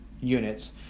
units